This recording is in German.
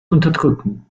unterdrücken